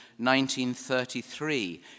1933